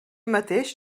mateix